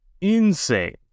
insane